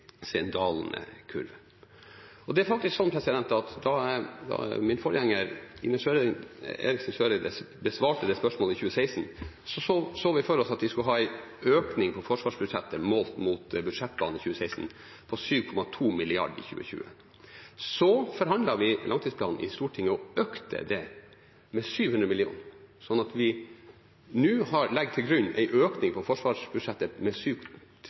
Da min forgjenger, Ine M. Eriksen Søreide, besvarte det spørsmålet i 2016, så vi for oss at vi skulle ha en økning på forsvarsbudsjettet på 7,2 mrd. kr i 2020 målt mot budsjettene i 2016. Så forhandlet vi langtidsplanen i Stortinget og økte med 700 mill. kr, slik at vi nå legger til grunn en økning på forsvarsbudsjettet